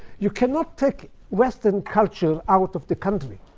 you cannot take western culture out of the country.